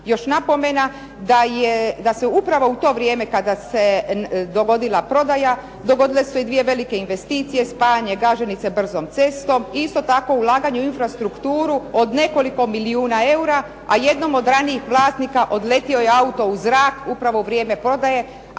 Još napomena da se upravo u to vrijeme kada se dogodila prodaja, dogodile su se i dvije velike investicije. Spajanje Gaženice brzom cestom i isto tako ulaganje u infrastrukturu od nekoliko milijuna eura, a jednom od ranijih vlasnika odletio je auto u zrak upravo u vrijeme prodaje.